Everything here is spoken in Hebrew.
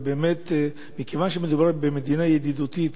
באמת, מכיוון שמדובר במדינה ידידותית,